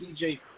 DJ